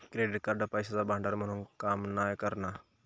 credit card पैशाचा भांडार म्हणून काम नाय करणा